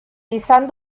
izan